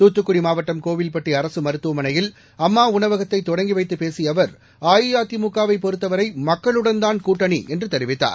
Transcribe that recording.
தூத்துக்குடிமாவட்டம் கோவில்பட்டிஅரசுமருத்துவமனையில் அம்மாஉணவகத்தைதொடங்கிவைத்தபேசியஅவர் அஇஅதிமுகவைபொருத்தவரைமக்களுடன் தான் கூட்டணிஎன்றுதெரிவித்தார்